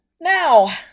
now